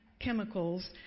chemicals